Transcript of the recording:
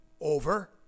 Over